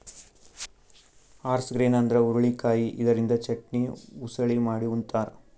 horse grain ಅಂದ್ರ ಹುರಳಿಕಾಯಿ ಇದರಿಂದ ಚಟ್ನಿ, ಉಸಳಿ ಮಾಡಿ ಉಂತಾರ್